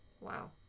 wow